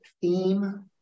theme